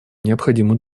необходимо